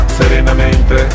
serenamente